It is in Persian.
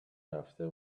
رفته